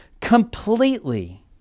completely